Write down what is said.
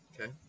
Okay